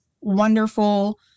wonderful